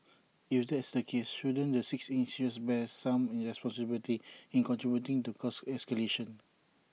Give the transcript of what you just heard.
if that's the case shouldn't the six insurers bear some responsibility in contributing to cost escalation